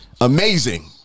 amazing